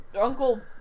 Uncle